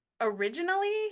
originally